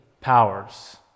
powers